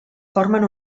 formen